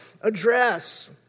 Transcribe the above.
address